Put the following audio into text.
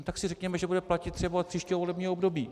Tak si řekněme, že bude platit třeba od příštího volebního období.